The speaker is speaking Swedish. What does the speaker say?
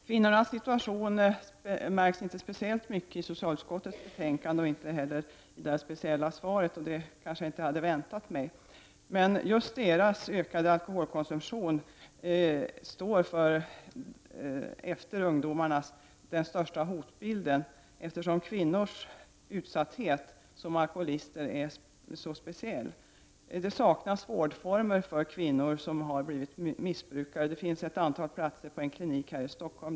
Kvinnornas situation uppmärksammas inte speciellt mycket i socialutskottets betänkande och inte heller i interpellationssvaret. Det hade jag kanske inte väntat mig. Just deras ökade alkoholkonsumtion utgör, efter ungdomarnas, den största hotbilden, eftersom kvinnors utsatthet som alkoholister är så speciell. Det saknas vårdformer för kvinnor som har blivit missbrukare. Det finns ett antal platser på en klinik här i Stockholm.